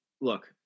look